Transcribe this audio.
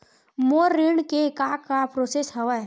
मोर ऋण के का का प्रोसेस हवय?